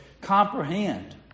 comprehend